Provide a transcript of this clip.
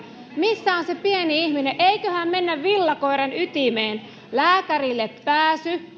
missä on se pieni ihminen eiköhän mennä villakoiran ytimeen lääkärillepääsy